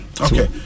Okay